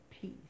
peace